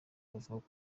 bavuga